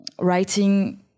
writing